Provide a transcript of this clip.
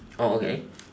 oh okay